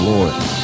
Lord